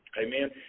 Amen